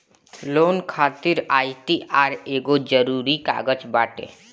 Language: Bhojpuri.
लोन खातिर आई.टी.आर एगो जरुरी कागज बाटे